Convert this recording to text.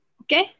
Okay